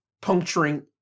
puncturing